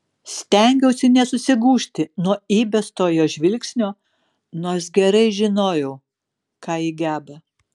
stengiausi nesusigūžti nuo įbesto jos žvilgsnio nors gerai žinojau ką ji geba